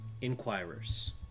inquirers